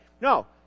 No